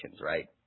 right